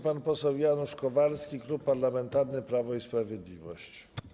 Pan poseł Janusz Kowalski, Klub Parlamentarny Prawo i Sprawiedliwość.